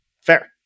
Fair